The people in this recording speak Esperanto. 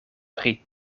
pri